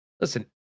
listen